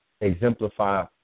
exemplify